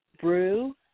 brew